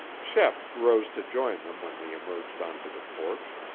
shep rose to join them when they emerged onto the porch,